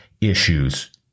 issues